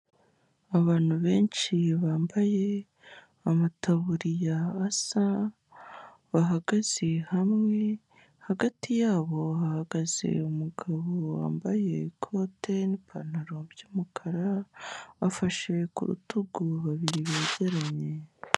Abantu benshi bambaye amataburiya asa, bahagaze hamwe, hagati yabo bahagaze umugabo wambaye ikote n'ipantaro by'umukara, afashe ku rutugu babiri begeranye.